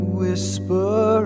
whisper